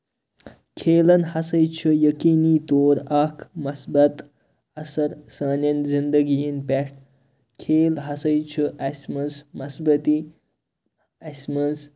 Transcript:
کھیلَن ہسا چھُ یقیٖنی طور اکھ مَثبَت اَثر سانیٚن زِنٛدگِیَن پٮ۪ٹھ کھیل ہسا چھُ اَسہِ منٛز مَشبَتی اَسہِ منٛز